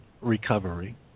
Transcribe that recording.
recovery